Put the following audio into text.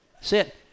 sit